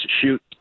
shoot